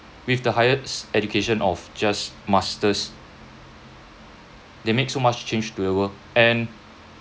with the highest education of just masters they make so much change to the world and